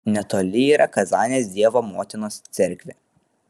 netoli yra kazanės dievo motinos cerkvė